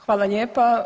Hvala lijepa.